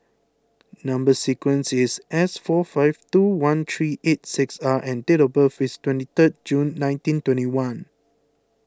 Number Sequence is S four five two one three eight six R and date of birth is twenty third June nineteen twenty one